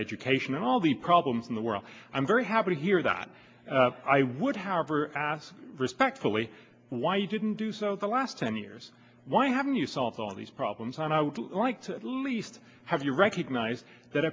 education and all the problems in the world i'm very happy here that i would however ask respectfully why you didn't do so the last ten years why haven't you solved all these problems and i would like to at least have you recognize that